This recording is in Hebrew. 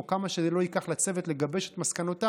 או כמה שזה לא ייקח לצוות לגבש את מסקנותיו,